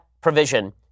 provision